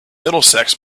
middlesex